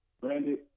brandy